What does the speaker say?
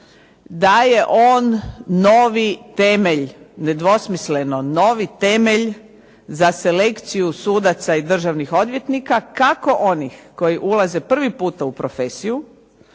da je on novi temelj, nedvosmisleno novi temelj za selekciju sudaca i državnih odvjetnika. Kako onih koji ulaze prvi puta u profesiju,